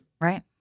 Right